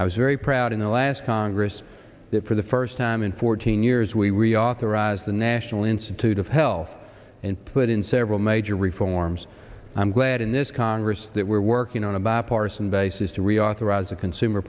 i was very proud in the last congress that for the first time in fourteen years we reauthorized the national institute of health and put in several major reforms i'm glad in this congress that we're working on a bipartisan basis to reauthorize the consumer